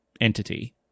entity